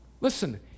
listen